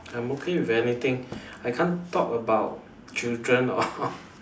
I'm okay with anything I can't talk about children or